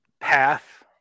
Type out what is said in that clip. Path